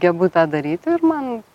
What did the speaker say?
gebu tą daryt ir man